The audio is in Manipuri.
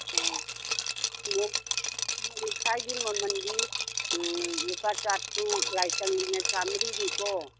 ꯑꯣ ꯊꯨꯝꯃꯣꯛ ꯊꯨꯝꯃꯣꯛ ꯂꯤꯛꯈꯥꯏꯗꯤ ꯃꯃꯜꯗꯤ ꯂꯨꯄꯥ ꯆꯥꯇꯔꯨꯛ ꯂꯥꯏꯇꯪꯒꯤꯅ ꯆꯃꯔꯤꯅꯤꯀꯣ